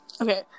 Okay